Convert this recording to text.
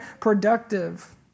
productive